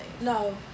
No